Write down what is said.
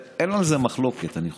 ואין על זה מחלוקת, אני חושב.